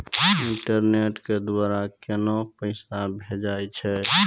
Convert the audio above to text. Internet के द्वारा केना पैसा भेजय छै?